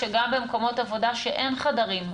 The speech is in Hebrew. גם במקומות עבודה שאין חדרים,